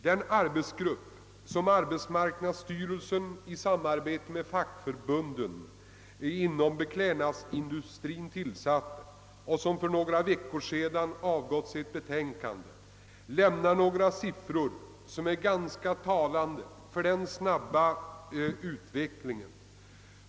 Den arbetsgrupp som arbetsmarknadsstyrelsen i samarbete med fackförbunden inom beklädnadsindustrien tillsatt och som för några veckor sedan avgav sitt betänkande har lämnat några sifferuppgifter som ganska klart vittnar om den snabba utvecklingen.